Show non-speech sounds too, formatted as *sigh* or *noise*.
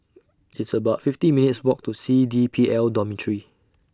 *noise* It's about fifty minutes' Walk to C D P L Dormitory